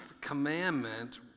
commandment